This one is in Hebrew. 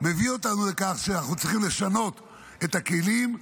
מביא אותנו לכך שאנחנו צריכים לשנות את הכלים,